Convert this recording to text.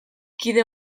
kide